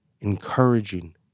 encouraging